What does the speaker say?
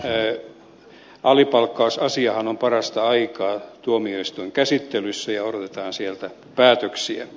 tämä alipalkkausasiahan on parasta aikaa tuomioistuinkäsittelyssä ja odotetaan sieltä päätöksiä